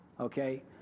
okay